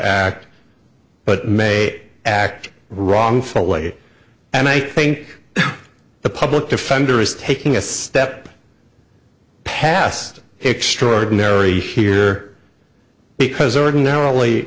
act but may act wrongful way and i think the public defender is taking a step past extraordinary here because ordinarily